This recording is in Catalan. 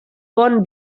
bon